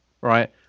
right